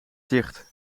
dicht